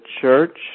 church